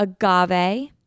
Agave